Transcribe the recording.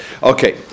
Okay